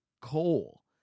coal